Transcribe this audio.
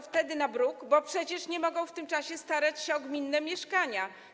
Wtedy na bruk, bo przecież nie mogą w tym czasie starać się o gminne mieszkania.